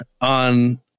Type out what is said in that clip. on